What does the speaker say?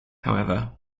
however